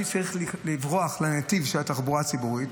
ואני הייתי צריך לברוח לנתיב של התחבורה הציבורית.